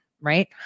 Right